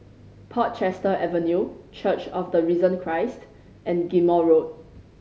Portchester Avenue Church of the Risen Christ and Ghim Moh Road